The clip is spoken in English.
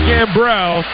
Gambrell